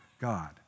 God